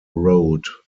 road